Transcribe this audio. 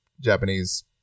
Japanese